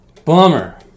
Bummer